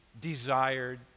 desired